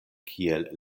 kiel